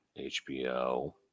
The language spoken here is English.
HBO